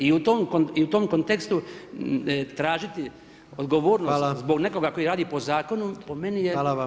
I u tom kontekstu tražiti odgovornost zbog nekoga koji radi po zakonu, [[Upadica predsjednik: Hvala.]] po meni je